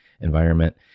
environment